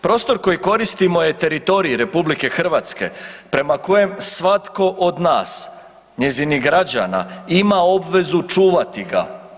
Prostor koji koristimo je teritorij RH prema kojem svatko od nas, njezinih građana ima obvezu čuvati ga.